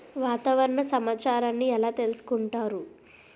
వాతావరణ సమాచారాన్ని ఎలా తెలుసుకుంటారు?